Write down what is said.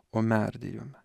o merdėjome